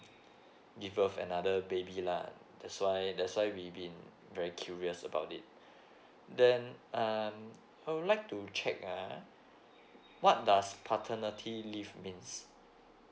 give off another baby lah that's why that's why we we been very curious about it then um I would like to check ah what does paternity leave means